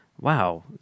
Wow